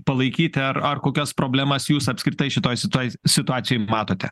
palaikyti ar ar kokias problemas jūs apskritai šitoj situa situacijoj matote